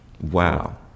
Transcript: Wow